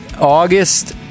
August